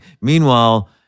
Meanwhile